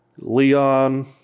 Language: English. Leon